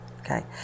Okay